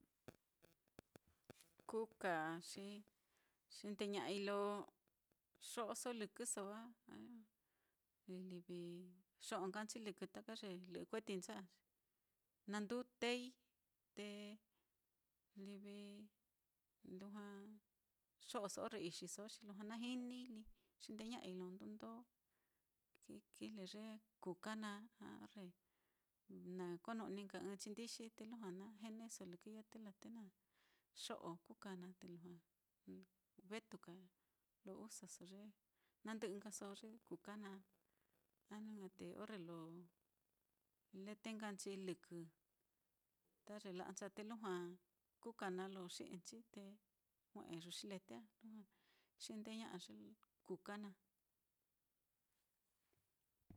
Kuka á, xi xindeña'ai lo xo'oso lɨkɨso á, a xo'o nkanchi lɨkɨ ta ye lɨ'ɨ kueti ncha'a, na ndutei te livi lujua xo'oso orre ixiso á, xi lujua najinii lí, xindeña'ai lo ndundó, ki-kijle ye kuka naá a orre na konu'ni nka ɨ́ɨ́n chindixi, te lujua na o lɨkɨi ya á, te laa te xo'o kuka naá, te lujua vetuka lo usaso ye, nandɨ'ɨ nkaso ye kuka naá, a jnu ña'a te orre lo lete nkanchi lɨkɨ ta ye la'ancha'a, te lujua kuka naá, lo xi'i nchi te jue'e yuxi lete á, lujua xindeña'a ye kuka naá